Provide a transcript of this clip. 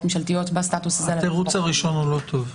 ממשלתיות בסטטוס הזה --- התירוץ הראשון הוא לא טוב.